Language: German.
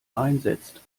einsetzt